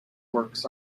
works